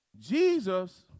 Jesus